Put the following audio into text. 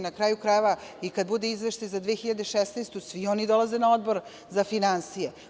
Na kraju krajeva, i kad bude izveštaj za 2016. godinu, svi oni dolaze na Odbor za finansije.